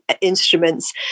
instruments